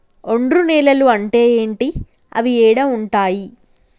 ఒండ్రు నేలలు అంటే ఏంటి? అవి ఏడ ఉంటాయి?